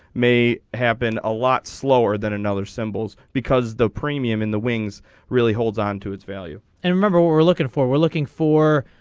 may happen a lot slower than another symbols because the premium in the wings really hold on to its value and remember we're looking for we're looking for.